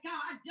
God